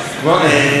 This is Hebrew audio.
בכנסת.